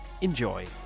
Enjoy